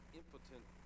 impotent